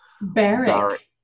Barrack